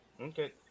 Okay